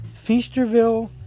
Feasterville